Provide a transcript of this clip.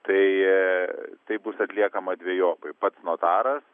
tai bus atliekama dvejopai pats notaras